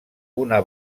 una